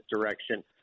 direction